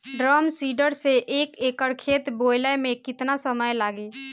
Drum seeder से एक एकड़ खेत बोयले मै कितना समय लागी?